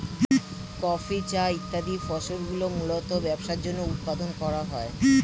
coffee, চা ইত্যাদি ফসলগুলি মূলতঃ ব্যবসার জন্য উৎপাদন করা হয়